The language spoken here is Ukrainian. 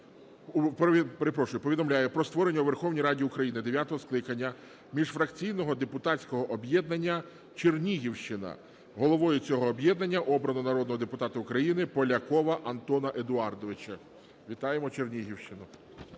перепрошую, повідомляю про створення у Верховній Раді України дев'ятого скликання міжфракційного депутатського об'єднання "Чернігівщина". Головою цього об'єднання обрано народного депутата України Полякова Антона Едуардовича. Вітаємо Чернігівщину.